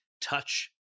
touch